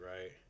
right